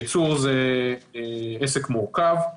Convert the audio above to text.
ייצור זה עסק מורכב,